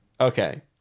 Okay